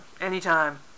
Anytime